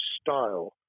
style